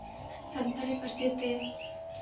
ᱥᱟᱱᱛᱟᱲᱤ ᱯᱟᱹᱨᱥᱤ ᱛᱮ